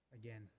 Again